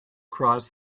cross